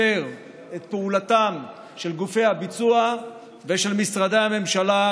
את פעולתם של גופי הביצוע ושל משרדי הממשלה,